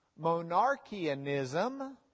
Monarchianism